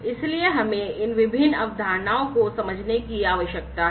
इसलिए हमें इन विभिन्न अवधारणाओं को समझने की आवश्यकता है